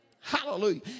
Hallelujah